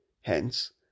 Hence